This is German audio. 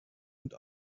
und